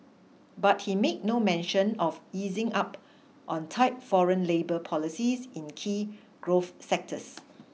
but he made no mention of easing up on tight foreign labour policies in key growth sectors